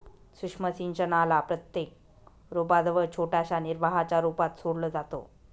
सूक्ष्म सिंचनाला प्रत्येक रोपा जवळ छोट्याशा निर्वाहाच्या रूपात सोडलं जातं